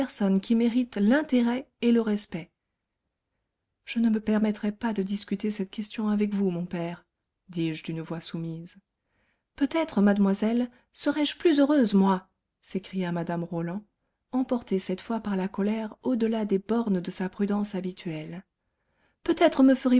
qui mérite l'intérêt et le respect je ne me permettrai pas de discuter cette question avec vous mon père dis-je d'une voix soumise peut-être mademoiselle serai-je plus heureuse moi s'écria mme roland emportée cette fois par la colère au delà des bornes de sa prudence habituelle peut-être me